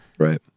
Right